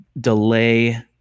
delay